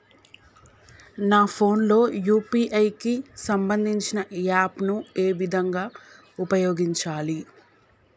నా ఫోన్ లో యూ.పీ.ఐ కి సంబందించిన యాప్ ను ఏ విధంగా ఉపయోగించాలి?